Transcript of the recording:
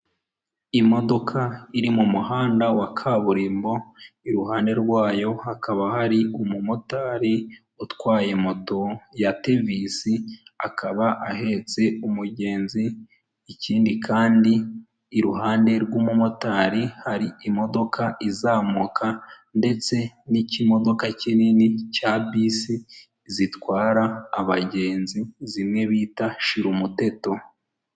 Ububiko bwi'ibyokunywa bukubiyemo imitobe umuhondo, umutuku n'amata bubitse mu buryo bwo kugirango bukonjeshwe bukunze kwifashishwa n'abacuruzi kugira ibyo kunywa bidapfa kandi babishyikirize abaguzi bimeze neza.